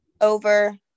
over